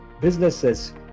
businesses